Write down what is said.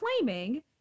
claiming